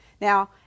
Now